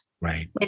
Right